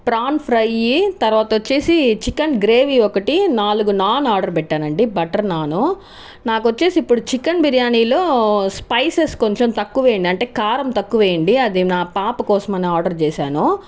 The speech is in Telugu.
ప్రాన్ ఫ్రై తర్వాత వచ్చి చికెన్ గ్రేవీ ఒకటి నాలుగు నాన్ ఆర్డర్ పెట్టానండి బట్టర్ నాన్ నాకు వచ్చి ఇప్పుడు చికెన్ బిర్యానీలో స్పైసెస్ కొంచెం తక్కువ వేయండి అంటే కారం తక్కువ వేయండి అది మా పాప కోసం అని ఆర్డర్ చేశాను